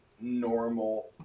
normal